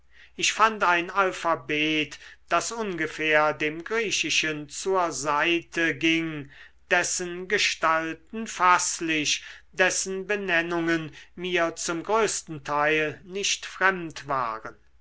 ich fand ein alphabet das ungefähr dem griechischen zur seite ging dessen gestalten faßlich dessen benennungen mir zum größten teil nicht fremd waren